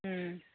ꯎꯝ